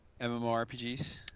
MMORPGs